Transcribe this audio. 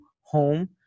home